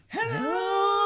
Hello